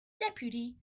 deputy